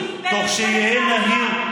תוך שיהיה נהיר,